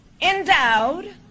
endowed